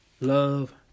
Love